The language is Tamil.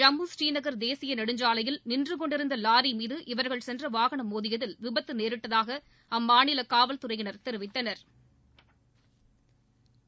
ஜம்மு ஸ்ரீநகர் தேசிய நெடுஞ்சாலையில் நின்று கொண்டிருந்த வாரி மீது இவர்கள் சென்ற வாகனம் மோதியதில் விபத்து நேரிட்டதாக அம்மாநில காவல்துறையினா் தெரிவித்தனா்